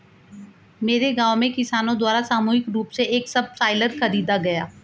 मेरे गांव में किसानो द्वारा सामूहिक रूप से एक सबसॉइलर खरीदा गया